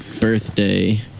birthday